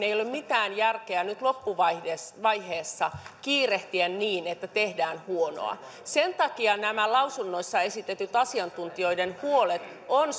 ei ole mitään järkeä nyt loppuvaiheessa kiirehtiä niin että tehdään huonoa sen takia nämä lausunnoissa esitetyt asiantuntijoiden huolet on